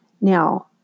Now